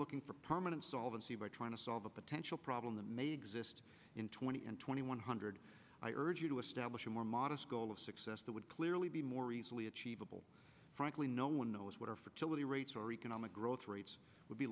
looking for permanent solvency by trying to solve a potential problem the may exist in twenty and twenty one hundred i urge you to establish a more modest goal of success that would clearly be more easily achievable frankly no one knows what our fertility rates or economic growth rates will be